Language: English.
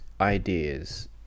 ideas